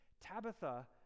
Tabitha